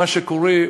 מה שקורה,